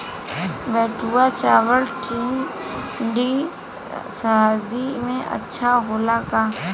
बैठुआ चावल ठंडी सह्याद्री में अच्छा होला का?